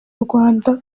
rwanda